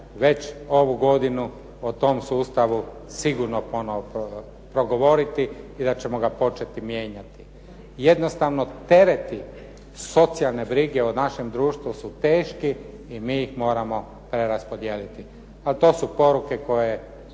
već ovu godinu o tom sustavu sigurno ponovo progovoriti i da ćemo ga početi mijenjati. Jednostavno tereti socijalne brige u našem društvu su teški i mi ih moramo preraspodijeliti a to su poruke koje